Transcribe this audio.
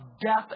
death